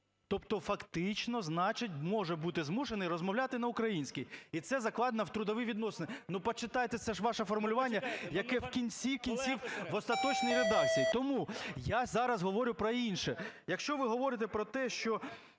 Тобто фактично значить може бути змушений розмовляти на українській і це закладено в трудові відносини. Ну, почитайте, це ж ваше формулювання, яке в кінці-кінців в остаточній редакції. Тому… Я зараз говорю про інше. Якщо ви говорите про те, що